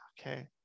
okay